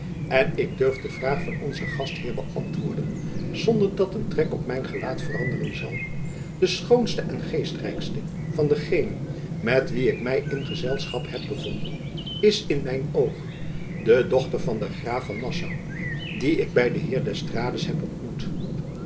en ik durf de vraag van onzen gastheer beantwoorden zonder dat jacob van lennep elizabeth musch een trek op mijn gelaat veranderen zal de schoonste en geestrijkste van degenen met wie ik my in gezelschap heb bevonden is in mijn oog de dochter van den graaf van nassau dien ik by den heer d'estrades heb ontmoet